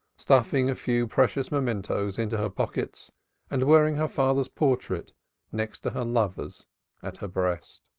stuffing a few precious mementoes into her pockets and wearing her father's portrait next to her lover's at her breast.